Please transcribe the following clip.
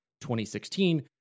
2016